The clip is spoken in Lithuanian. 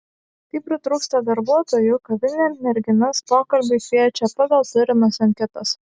kai pritrūksta darbuotojų kavinė merginas pokalbiui kviečia pagal turimas anketas